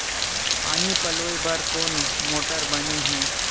पानी पलोय बर कोन मोटर बने हे?